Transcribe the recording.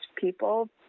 people